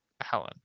Helen